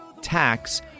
tax